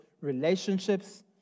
relationships